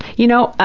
you know,